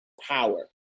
power